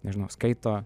nežinau skaito